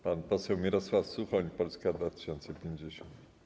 Pan poseł Mirosław Suchoń, Polska 2050.